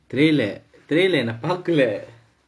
தெரியில்லை தெரியில்லை நான் பார்கலை:theriyillai theriyillai naan paarkallai